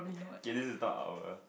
K this is not our